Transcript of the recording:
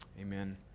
Amen